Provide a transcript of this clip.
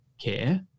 care